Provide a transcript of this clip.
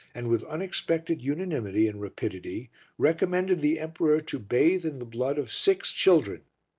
and with unexpected unanimity and rapidity recommended the emperor to bathe in the blood of six children.